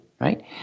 right